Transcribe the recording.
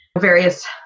various